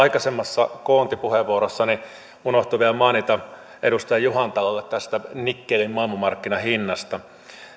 aikaisemmassa koontipuheenvuorossani unohtui vielä mainita edustaja juhantalolle tästä nikkelin maailmanmarkkinahinnasta